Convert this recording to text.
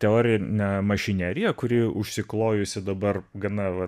teorinę mašineriją kuri užsiklojusi dabar gana vat